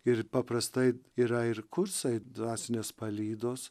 ir paprastai yra ir kursai dvasinės palydos